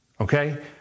Okay